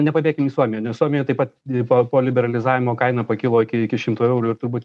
nepabėkim į suomiją nes suomija taip pat po po liberalizavimo kaina pakilo iki iki šimto eurų ir turbūt